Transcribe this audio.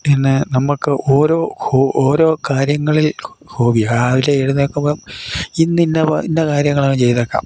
പിന്നെ നമുക്ക് ഓരോ ഓരോ കാര്യങ്ങളിൽ ഹോബിയാ രാവിലെ എഴുന്നേൽക്കുമ്പം ഇന്നിന്നപോൽ ഇന്ന കാര്യങ്ങൾ അങ്ങ് ചെയ്തേക്കാം